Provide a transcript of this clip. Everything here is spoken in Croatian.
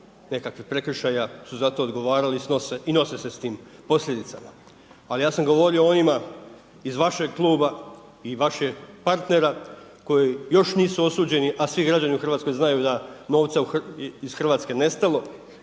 nekakvih prekršaja su za to odgovarali i nose se s tim posljedicama. Ali ja sam govorio o onima iz vašeg kluba i vaših partnera koji još nisu osuđeni, a svi građani u Hrvatskoj znaju da je novac iz Hrvatske nestao.